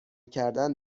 کردن